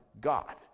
God